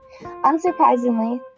Unsurprisingly